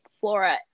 Flora